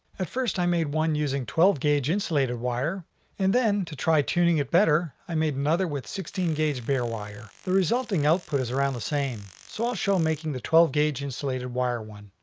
at first i made one using twelve gauge insulated wire and then to try tuning it better i made another with sixteen gauge bare wire. the resulting output is around the same so i'll show making the twelve gauge insulated wire one,